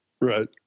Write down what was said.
right